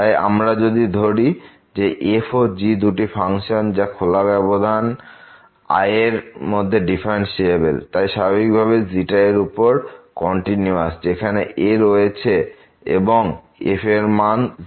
তাই আমরা যদি ধরি যে f ও g দুটি ফাংশন যা খোলা ব্যবধান I এর মধ্যে ডিফারেন্সিএবেল তাই স্বাভাবিকভাবে এর উপর কন্টিনিউয়াস যেখানে a রয়েছে এবং f এর মান 0